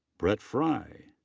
bret frye.